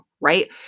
right